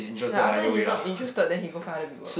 ya after he not interested then he go find other people